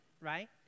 right